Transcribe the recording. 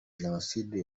jenoside